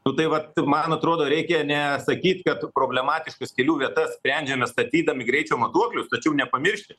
nu tai vat man atrodo reikia ne sakyt kad problematiškas kelių vietas sprendžiame statydami greičio matuoklius tačiau nepamiršti